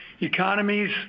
Economies